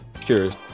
curious